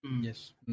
Yes